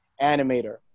animator